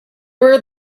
were